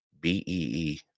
B-E-E